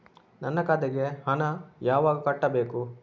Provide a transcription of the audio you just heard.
ನನ್ನ ಖಾತೆಗೆ ಹಣ ಯಾವಾಗ ಕಟ್ಟಬೇಕು?